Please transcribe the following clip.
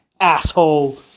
asshole